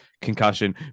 concussion